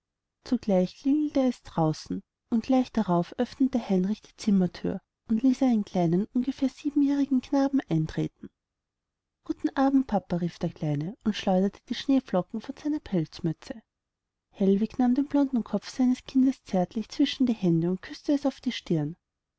zugleich klingelte es draußen und gleich darauf öffnete heinrich die zimmerthür und ließ einen kleinen ungefähr siebenjährigen knaben eintreten guten abend papa rief der kleine und schleuderte die schneeflocken von seiner pelzmütze hellwig nahm den blonden kopf seines kindes zärtlich zwischen seine hände und küßte es auf die stirn